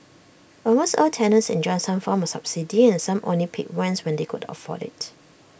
almost all tenants enjoyed some form of subsidy and some only paid rents when they could afford IT